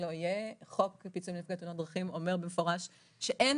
חוק פיצוי נפגעי תאונות דרכים אומר במפורש שאין